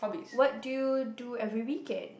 what do you do every weekend